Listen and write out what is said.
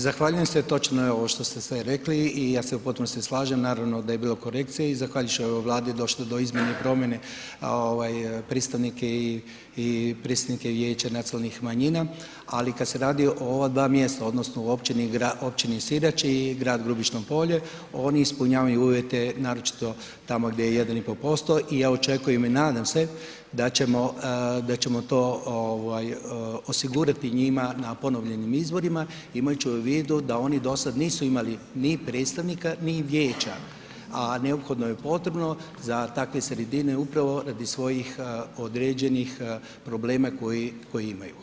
Zahvaljujem se, točno je ovo što ste sve rekli i ja se u potpunosti slažem, naravno da je bilo korekcija i zahvaljujući ovoj Vladi došlo do izmjene i promjene ovaj predstavnike i predsjednike vijeća nacionalnih manjina, ali kad se radi o ova dva mjesta odnosno u općini, općini Sirač i grad Grubišno Polje oni ispunjavaju uvjete naročito tamo gdje je 1,5% i ja očekujem i nadam se da ćemo, a ćemo to ovaj osigurati njima na ponovljenim izborima imajući u vidu da oni do sada nisu imali ni predstavnika, ni vijeća, a neophodno je potrebno za takve sredine upravo radi svojih određenih problema koje imaju.